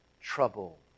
trouble